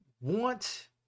Want